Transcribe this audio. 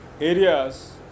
areas